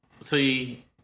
See